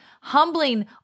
humbling